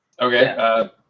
Okay